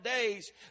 days